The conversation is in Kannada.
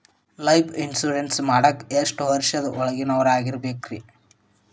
ಲೈಫ್ ಇನ್ಶೂರೆನ್ಸ್ ಮಾಡಾಕ ಎಷ್ಟು ವರ್ಷದ ಒಳಗಿನವರಾಗಿರಬೇಕ್ರಿ?